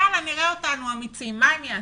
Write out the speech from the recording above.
יאללה, נראה אותנו אמיצים, אבל מה הם יעשו?